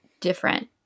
different